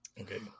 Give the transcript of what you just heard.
okay